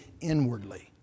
inwardly